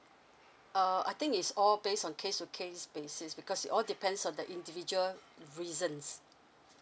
uh I think it's all placed on case to case basis because it all depends on the individual reasons